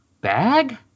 bag